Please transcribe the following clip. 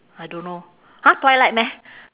I don't know !huh! twilight meh